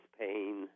pain